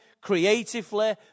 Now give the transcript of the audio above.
creatively